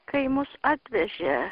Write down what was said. kai mus atvežė